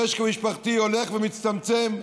המשק המשפחתי הולך ומצטמצם,